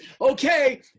Okay